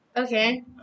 okay